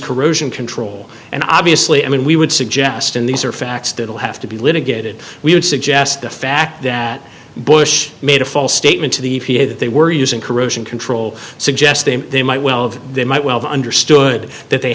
corrosion control and obviously i mean we would suggest in these are facts that will have to be litigated we would suggest the fact that bush made a false statement to the they were using corrosion control suggesting they might well of they might well have understood that they